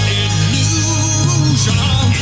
illusion